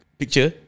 picture